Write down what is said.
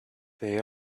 they